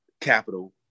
capital